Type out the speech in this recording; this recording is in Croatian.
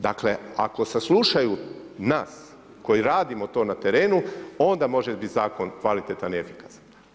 Dakle, ako saslušaju nas koji radimo to na terenu, onda može bit zakon kvalitetan i efikasan.